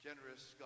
Generous